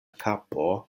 kapo